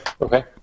Okay